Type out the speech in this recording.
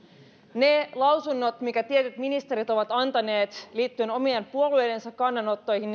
ne lausunnot mitä tietyt ministerit ovat antaneet liittyen omien puolueidensa kannanottoihin